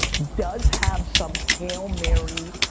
does have some hail mary,